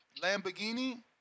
Lamborghini